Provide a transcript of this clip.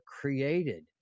created